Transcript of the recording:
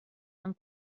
van